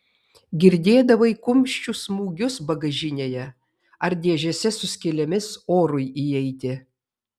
girdėdavai kumščių smūgius bagažinėje ar dėžėse su skylėmis orui įeiti